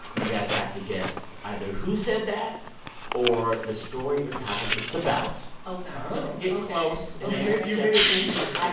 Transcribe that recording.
you guys have to guess either who said that or the story or topic it's about ok just get close you've made it easier since